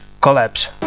collapse